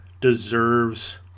deserves